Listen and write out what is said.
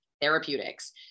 Therapeutics